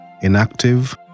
inactive